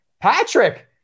Patrick